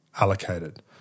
allocated